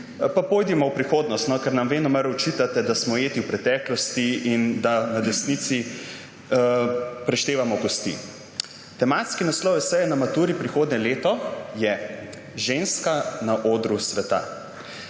Pa pojdimo v prihodnost, ker nam venomer očitate, da smo ujeti v preteklosti in da na desnici preštevamo kosti. Tematski naslov eseja na maturi prihodnje leto je Ženska na odru sveta.